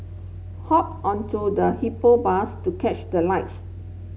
hop onto the Hippo Bus to catch the lights